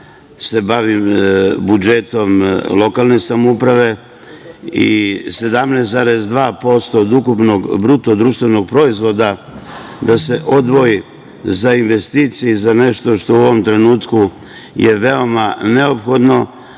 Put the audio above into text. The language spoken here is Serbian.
se bavim budžetom lokalne samouprave i 17,2% od ukupnog BDP-a da se odvoji za investicije i za nešto što u ovom trenutku je veoma neophodno,